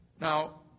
Now